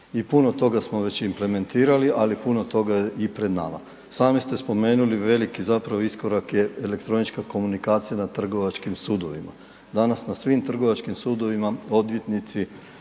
i puno toga smo već implementirali, ali puno toga je i pred nama. Sami ste spomenuli veliki zapravo iskorak je elektronička komunikacija na trgovačkim sudovima. Danas na svim trgovačkim sudovima odvjetnici,